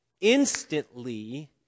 instantly